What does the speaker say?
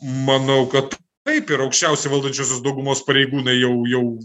manau kad taip ir aukščiausi valdančiosios daugumos pareigūnai jau jau